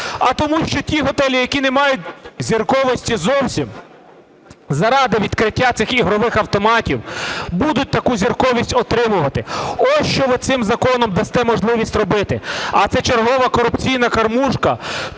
а тому, що ті готелі, які не мають зірковості зовсім, заради відкриття цих ігрових автоматів будуть таку зірковість отримувати. Ось чого цим законом дасте можливість робити. А це чергова корупційна кормушка